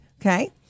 Okay